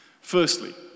Firstly